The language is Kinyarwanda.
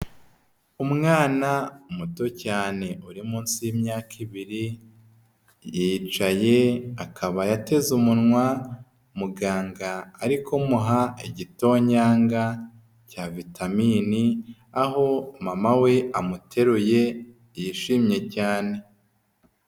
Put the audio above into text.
Umwana muto cyane uri munsi y'imyaka ibiri, yicaye akaba yateze umunwa muganga ariko muha igitonyanga, cya vitaminini aho mama we, amuteruye yishimye cyane.